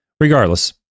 regardless